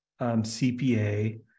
CPA